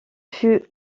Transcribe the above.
fut